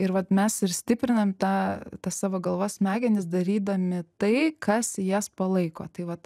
ir vat mes ir stiprinam tą tas savo galvos smegenis darydami tai kas jas palaiko tai vat